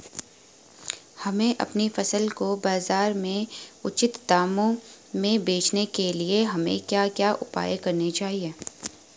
हमें अपनी फसल को बाज़ार में उचित दामों में बेचने के लिए हमें क्या क्या उपाय करने चाहिए?